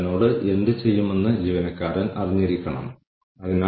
കൂടാതെ ഇതാണ് നിങ്ങൾക്കായി ഇവിടെയുള്ളത്